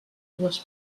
dues